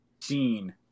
scene